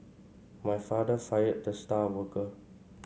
my father fired the star worker